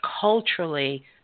culturally